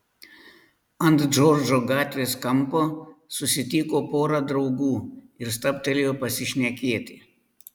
ant džordžo gatvės kampo susitiko porą draugų ir stabtelėjo pasišnekėti